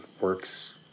works